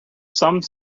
some